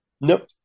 Nope